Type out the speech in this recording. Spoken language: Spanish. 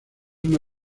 una